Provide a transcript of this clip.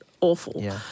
awful